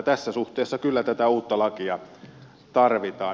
tässä suhteessa kyllä tätä uutta lakia tarvitaan